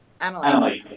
Analyze